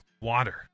water